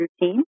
routine